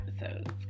episodes